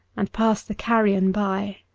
and pass the carrion by.